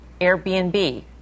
Airbnb